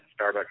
Starbucks